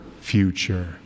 future